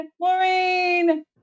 Maureen